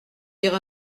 dire